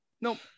Nope